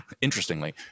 interestingly